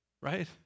right